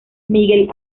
miguel